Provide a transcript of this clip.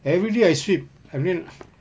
everyday I sweep I mean